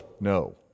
no